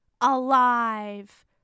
Alive